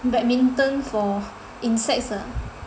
badminton for insects are